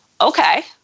okay